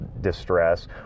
distress